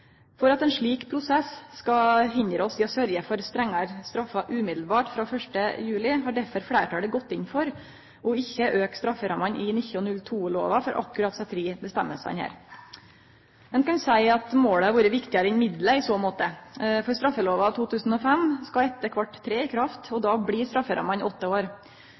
For at ein slik prosess ikkje skal hindre oss i å sørgje for strengare straffer umiddelbart frå 1. juli, har derfor fleirtalet gått inn for ikkje å auke strafferammene i 1902-lova for akkurat desse tre føresegnene. Ein kan seie at målet har vore viktigare enn middelet i så måte. Straffelova av 2005 skal etter kvart tre i kraft, og då blir strafferammene åtte år.